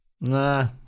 Nah